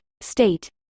state